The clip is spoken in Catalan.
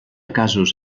casos